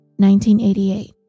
1988